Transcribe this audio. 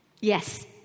Yes